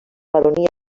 baronia